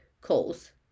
calls